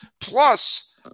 plus